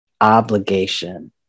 obligation